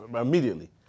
immediately